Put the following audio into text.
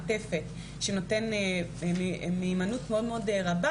מעטפת שנותנים מיהמנות מאוד גדולה.